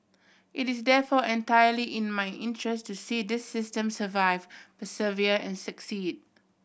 it is therefore entirely in my interest to see this system survive persevere and succeed